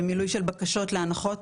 במילוי של בקשות להנחות